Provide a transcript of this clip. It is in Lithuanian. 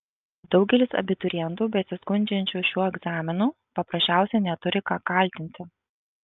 daugelis abiturientų besiskundžiančių šiuo egzaminu paprasčiausiai neturi ką kaltinti